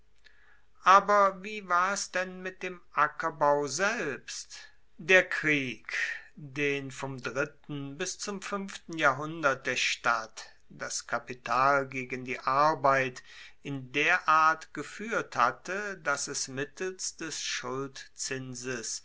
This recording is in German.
aber wie war es denn mit dem ackerbau selbst der krieg den vom dritten bis zum fuenften jahrhundert der stadt das kapital gegen die arbeit in der art gefuehrt hatte dass es mittels des schuldzinses